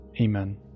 Amen